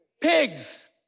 Pigs